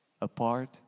Apart